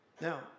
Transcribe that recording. Now